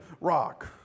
rock